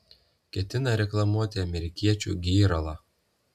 ketinta reklamuoti amerikiečių gėralą